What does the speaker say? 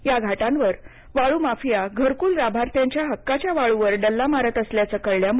या घाटांवर वाळू माफिया घरकुल लाभार्थ्याच्या हक्काच्या वाळूवर डल्ला मारत असल्याचं कळल्यामुळे